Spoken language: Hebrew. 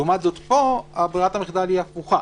לעומת זאת, פה ברירת המחדל היא הפוכה,